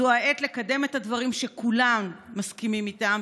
זו העת לקדם את הדברים שכולם מסכימים עליהם,